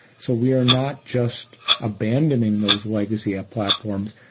so we are not just abandoning those legacy ah platforms.